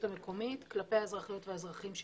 המקומית כלפי האזרחיות והאזרחים שלה.